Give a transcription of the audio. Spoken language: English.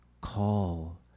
call